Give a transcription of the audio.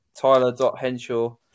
tyler.henshaw